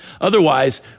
Otherwise